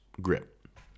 grip